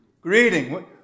greeting